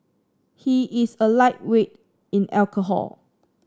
he is a lightweight in alcohol